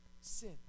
sin